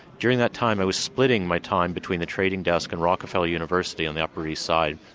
during that time i was splitting my time between the trading desk and rockefeller university in the upper east side,